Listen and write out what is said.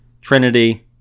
Trinity